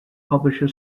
publisher